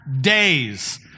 days